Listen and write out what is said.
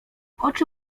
oczy